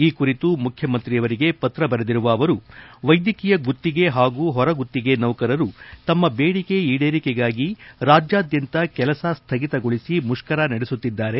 ಈ ಕುರಿತು ಮುಖ್ಡಮಂತ್ರಿಯವರಿಗೆ ಪತ್ರ ಬರೆದಿರುವ ಅವರು ವೈದ್ಯಕೀಯ ಗುತ್ತಿಗೆ ಪಾಗೂ ಹೊರಗುತ್ತಿಗೆ ನೌಕರರು ತಮ್ಮ ಬೇಡಿಕೆ ಈಡೇರಿಕೆಗಾಗಿ ರಾಜ್ಯಾದ್ಯಂತ ಕೆಲಸ ಸ್ಥಗಿತಗೊಳಿಸಿ ಮುಷ್ಕರ ನಡೆಸುತ್ತಿದ್ದಾರೆ